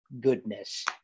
goodness